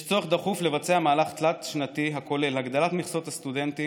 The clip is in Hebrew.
יש צורך דחוף לבצע מהלך תלת-שנתי הכולל הגדלה של מכסות הסטודנטים,